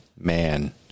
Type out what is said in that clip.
man